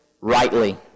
rightly